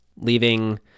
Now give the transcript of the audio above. leaving